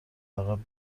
عقب